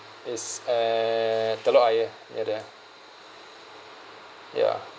is at telok ayer near there ya